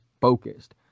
focused